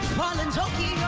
while in tokyo